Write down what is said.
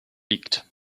liegt